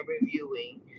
reviewing